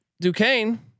Duquesne